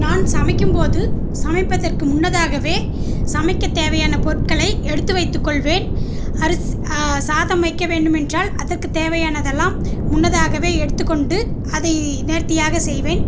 நான் சமைக்கும்போது சமைப்பதற்கு முன்னதாகவே சமைக்க தேவையான பொருட்களை எடுத்து வைத்துக்கொள்வேன் அரி சாதம் வைக்க வேண்டுமென்றால் அதற்கு தேவையானதெல்லாம் முன்னதாகவே எடுத்துக்கொண்டு அதை நேர்த்தியாக செய்வேன்